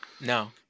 No